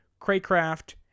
Craycraft